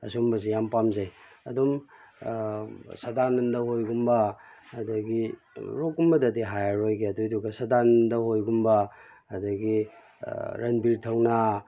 ꯑꯁꯨꯝꯕꯁꯦ ꯌꯥꯝ ꯄꯥꯝꯖꯩ ꯑꯗꯨꯝ ꯁꯥꯗꯥꯅꯟꯗ ꯍꯣꯏꯒꯨꯝꯕ ꯑꯗꯨꯗꯒꯤ ꯔꯣꯛ ꯀꯨꯝꯕꯗꯗꯤ ꯍꯥꯏꯔꯔꯣꯏꯒꯦ ꯑꯗꯨꯗꯨꯒ ꯁꯥꯗꯥꯅꯟꯗ ꯍꯣꯏꯒꯨꯝꯕ ꯑꯗꯨꯗꯒꯤ ꯔꯟꯕꯤꯔ ꯊꯧꯅ